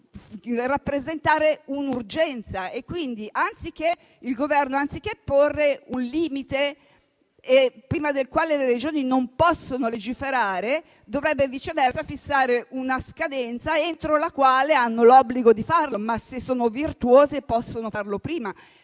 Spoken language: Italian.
dovrebbero rappresentare un'urgenza e quindi il Governo anziché porre un limite prima del quale le Regioni non possono legiferare, dovrebbe fissare una scadenza entro la quale hanno l'obbligo di farlo, ma se sono virtuose, possono farlo prima.